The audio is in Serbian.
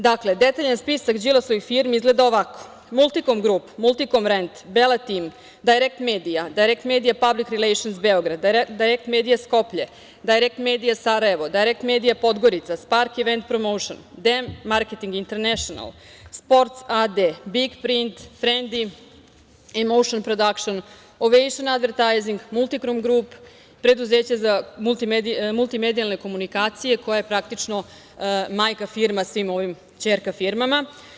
Dakle, detaljan spisak Đilasovih firmi izgleda ovako: „Multikom grup“, „Multikom rent“, „Beletim“, „Dajrekt medija“, „Dajrekt medija - Pablik rilejšns Beograd“, „Dajrekt medija Skoplje“, „Dajrekt medija Sarajevo“, „Dajrekt medija Podgorica“, „Spark ivent promoušn“, „DM marketing internešnal“, „Sports a.d.“, „Big print“, „Frendi“, „Emoušn prodakšn“, „Ovejšn advertajzing“, „Multikrom grup“, preduzeće za multimedijalne komunikacije koja je praktično majka firma svim ovim ćerkama firmama.